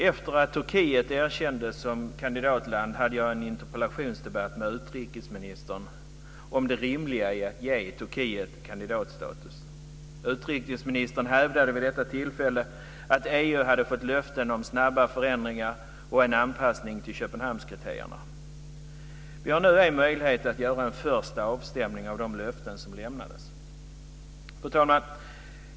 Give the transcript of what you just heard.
Efter att Turkiet erkändes som kandidatland hade jag en interpellationsdebatt med utrikesministern om det rimliga i att ge Turkiet kandidatstatus. Utrikesministern hävdade vid detta tillfälle att EU hade fått löften om snabba förändringar och en anpassning till Köpenhamnskriterierna. Vi har nu möjlighet att göra en första avstämning av de löften som lämnades. Fru talman!